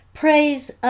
Praise